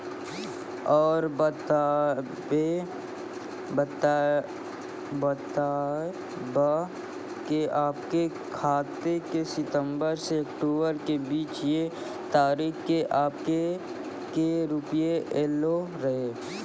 और बतायब के आपके खाते मे सितंबर से अक्टूबर के बीज ये तारीख के आपके के रुपिया येलो रहे?